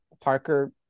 Parker